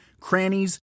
crannies